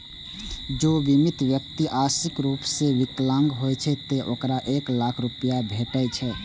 जौं बीमित व्यक्ति आंशिक रूप सं विकलांग होइ छै, ते ओकरा एक लाख रुपैया भेटै छै